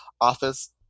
office